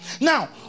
Now